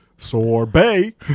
Sorbet